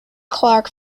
clark